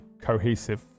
cohesive